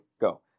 Go